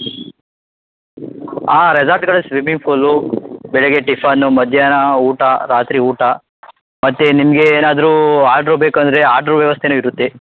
ಆಂ ರೆಸೋರ್ಟ್ಗಳು swimming pool ಬೆಳಿಗ್ಗೆ tiffin ಮಧ್ಯಾಹ್ನ ಊಟ ರಾತ್ರಿ ಊಟ ಮತ್ತು ನಿಮಗೆ ಏನಾದರೂ ಆಡ್ರು ಬೇಕಂದರೆ ಆಡ್ರು ವ್ಯವಸ್ಥೆನೂ ಇರುತ್ತೆ